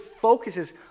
focuses